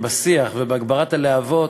בשיח ובהגברת הלהבות,